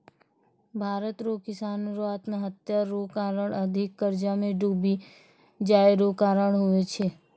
भारत रो किसानो रो आत्महत्या रो कारण अधिक कर्जा मे डुबी जाय रो कारण हुवै छै